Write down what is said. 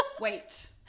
wait